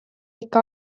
ikka